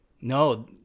No